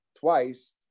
twice